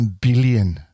billion